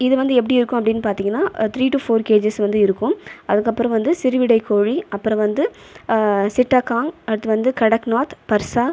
இது வந்து எப்படி இருக்கும் அப்படினு பார்த்திங்கன்னா த்ரீ டூ ஃபோர் கேஜிஸ் வந்து இருக்கும் அதுக்கு அப்புறம் வந்து சிறுவிடை கோழி அப்புறம் வந்து சிட்டகாங் அடுத்து வந்து கடக்நாத் வர்ஸா